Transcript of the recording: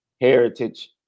Heritage